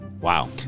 Wow